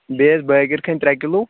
بیٚیہِ ٲسۍ بٲکِر کھٲنۍ ترٛےٚ کِلوٗ